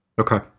Okay